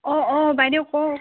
অ অ বাইদেউ কওক